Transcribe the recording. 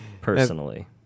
personally